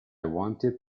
wanted